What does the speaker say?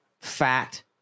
fat